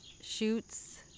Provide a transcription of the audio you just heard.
shoots